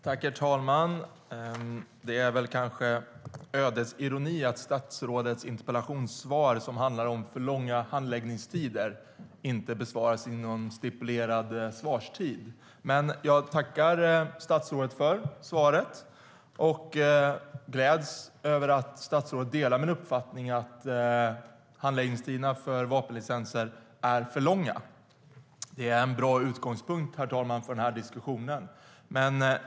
Herr talman! Det är kanske ödets ironi att statsrådets interpellationssvar, som handlar om för långa handläggningstider, inte besvaras inom stipulerad svarstid. Men jag tackar statsrådet för svaret och gläds över att statsrådet delar min uppfattning, att handläggningstiderna för vapenlicenser är för långa. Det är en bra utgångspunkt för den här diskussionen.